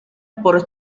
por